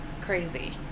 Crazy